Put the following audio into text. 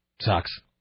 sucks